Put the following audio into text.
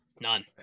None